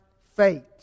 fate